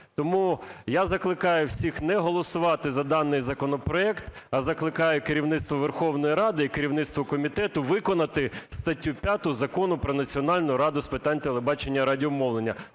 Тому я закликаю всіх не голосувати за даний законопроект, а закликаю керівництво Верховної Ради і керівництво комітету виконати статтю 5 Закону "Про Національну раду з питань телебачення і радіомовлення",